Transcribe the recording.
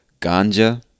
ganja